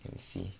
can see